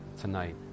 tonight